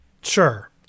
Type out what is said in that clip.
Sure